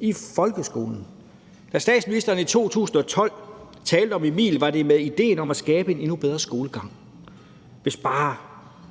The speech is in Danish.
i folkeskolen. Da statsministeren i 2012 talte om Emil, var det med idéen om at skabe en endnu bedre skolegang. Hvis bare